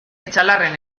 etxalarren